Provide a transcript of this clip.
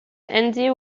andy